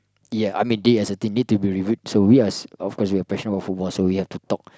ya I mean they as a team need to be reviewed so we as of course we are passion about football so we have to talk